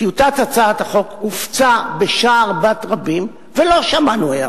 טיוטת הצעת החוק הופצה בשער בת רבים ולא שמענו הערות.